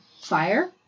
fire